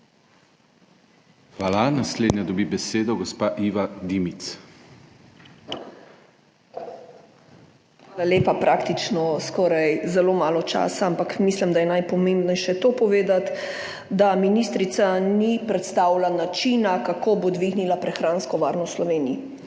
Hvala. Naslednja dobi besedo gospa Iva Dimic. IVA DIMIC (PS NSi): Hvala lepa. Praktično skoraj zelo malo časa, ampak mislim, da je najpomembnejše to povedati, da ministrica ni predstavila načina, kako bo dvignila prehransko varnost v Sloveniji.